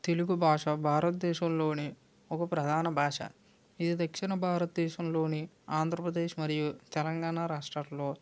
తెలుగు భాషా భారత దేశంలో ఒక ప్రధాన భాష ఇది దక్షిణ భారతదేశంలోని ఆంధ్రప్రదేశ్ మరియు తెలంగాణ రాష్ట్రాలలో